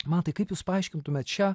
mantai kaip jūs paaiškintumėt šią